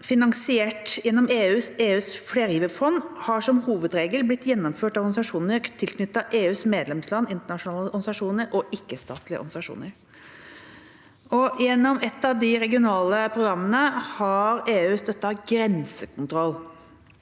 finansiert gjennom EUs flergiverfond har som hovedregel blitt gjennomført av organisasjoner til knyttet EUs medlemsland, internasjonale organisasjoner og ikke-statlige organisasjoner. Gjennom et av de regionale programmene har EU støttet grensekontroll.